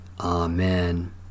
Amen